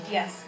Yes